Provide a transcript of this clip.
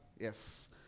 Yes